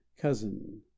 cousin